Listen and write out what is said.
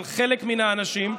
אבל חלק מן האנשים,